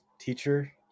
teacher